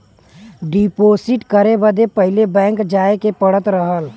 deposit करे बदे पहिले बैंक जाए के पड़त रहल